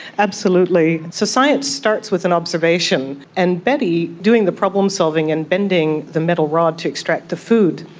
absolutely. so science starts with an observation, and betty, doing the problem-solving and bending the metal rod to extract the food,